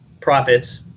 profits